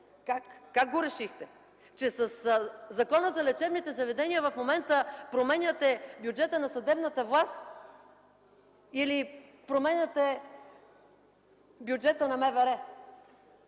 Как го решихте? Че със Закона за лечебните заведения в момента променяте бюджета на съдебната власт или променяте бюджета на МВР.